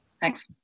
Thanks